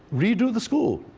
redo the school,